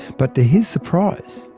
but to his surprise,